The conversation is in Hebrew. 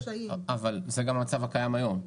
אבל זה גם המצב הקיים היום.